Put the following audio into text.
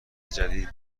جدید